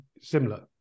similar